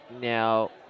now